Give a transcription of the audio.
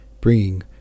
bringing